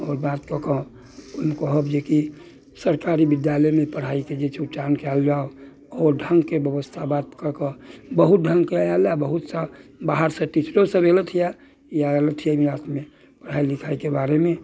आओर बात कऽ कऽ कहब जेकि सरकारी विद्यालयमे छै पढ़ाइके जे छै उच्चारण कयल जाउ आओर ढङ्गके व्यवस्था बात कऽ कऽ बहुत ढङ्ग कऽ आयल यऽ बहुत सा बाहरसँ टीचरो सभ एलथि यऽ इएह एलथि यऽ पढ़ाइ लिखाइके बारेमे